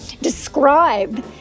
describe